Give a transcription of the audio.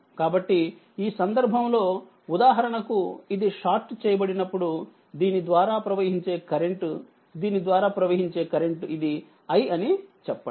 కాబట్టి ఈ సందర్భంలో ఉదాహరణకు ఇది షార్ట్ చేయబడినప్పుడు దీని ద్వారా ప్రవహించే కరెంట్ దీని ద్వారా ప్రవహించే కరెంట్ఇది iఅనిచెప్పండి